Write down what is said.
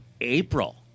April